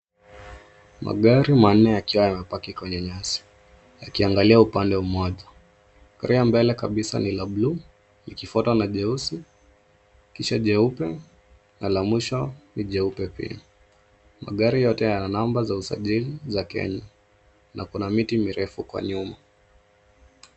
Magari manne yakiwa yame pakii kwenye nyasi yakiangalia upande mmoja gari ya mbele kabisa ni la bluu, likifwatwa na jeusi, kisha jeupe na la mwisho ni jeupe pia. Magari yote yana namba za usajili za kenya na kuna miti mirefu kwa nyuma.